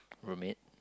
roommate